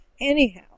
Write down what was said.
Anyhow